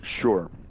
Sure